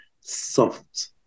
soft